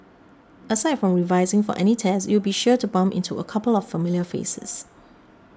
aside from revising for any tests you'll be sure to bump into a couple of familiar faces